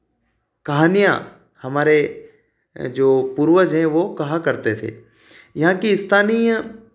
कहानियाँ हमारे जो पूर्वज हैं वे कहा करते थे यहाँ की स्थानीय